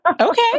Okay